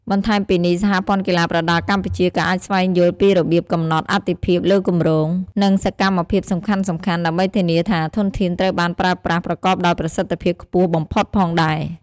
បន្ថែមពីនេះ សហព័ន្ធកីឡាប្រដាល់កម្ពុជាក៏អាចស្វែងយល់ពីរបៀបកំណត់អាទិភាពលើគម្រោង និងសកម្មភាពសំខាន់ៗ ដើម្បីធានាថាធនធានត្រូវបានប្រើប្រាស់ប្រកបដោយប្រសិទ្ធភាពខ្ពស់បំផុតផងដែរ។